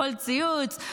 בכל ציוץ,